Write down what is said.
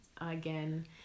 again